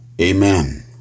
amen